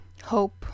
hope